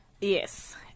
Yes